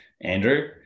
Andrew